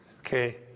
okay